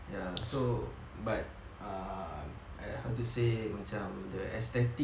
ya so but err how to say macam the aesthetic